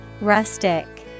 Rustic